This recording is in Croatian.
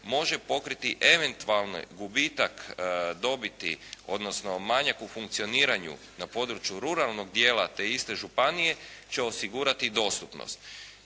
može pokriti eventualni gubitak dobiti odnosno manjak u funkcioniranju na području ruralnog dijela te iste županije će osigurati dostupnost.